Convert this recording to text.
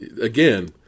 again